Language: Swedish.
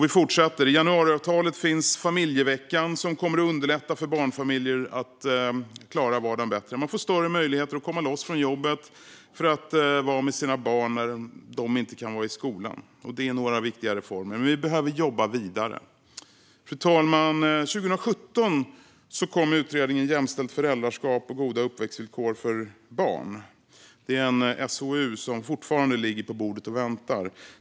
Vi fortsätter: I januariavtalet finns familjeveckan, som kommer att underlätta för barnfamiljer att klara vardagen bättre. Man får större möjligheter att komma loss från jobbet för att vara med sina barn när de inte kan vara i skolan. Det här är några viktiga reformer, men vi behöver jobba vidare. Fru talman! År 2017 kom utredningen Jämställt föräldraskap och goda uppväxtvillkor för barn , en SOU som fortfarande ligger på bordet och väntar.